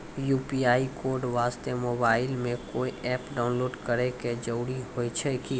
UPI code वास्ते mobile मे कोय एप्प डाउनलोड करे के जरूरी होय छै की?